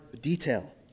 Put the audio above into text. detail